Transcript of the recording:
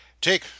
take